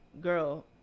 Girl